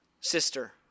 sister